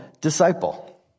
disciple